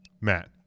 Matt